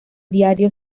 diario